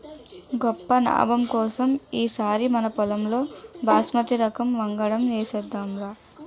గొప్ప నాబం కోసం ఈ సారి మనపొలంలో బాస్మతి రకం వంగడం ఏసేద్దాంరా